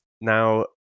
Now